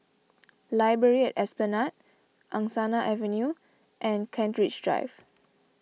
Library at Esplanade Angsana Avenue and Kent Ridge Drive